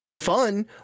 fun